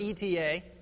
ETA